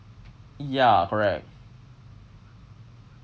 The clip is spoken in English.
ya correct